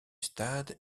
stade